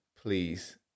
please